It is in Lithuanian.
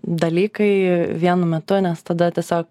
dalykai vienu metu nes tada tiesiog